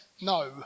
no